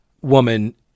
woman